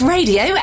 Radio